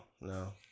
no